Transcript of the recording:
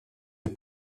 est